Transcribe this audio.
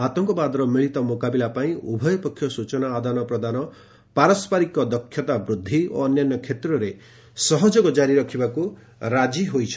ଆତଙ୍କବାଦର ମିଳିତ ମୁକାବିଲା ପାଇଁ ଉଭୟ ପକ୍ଷ ସୂଚନା ଆଦାନପ୍ରଦାନ ପାରସ୍କରିକ ଦକ୍ଷତା ବୃଦ୍ଧି ଓ ଅନ୍ୟାନ୍ୟ କ୍ଷେତ୍ରରେ ସହଯୋଗ ଜାରି ରଖିବାକୁ ରାଜି ହୋଇଛନ୍ତି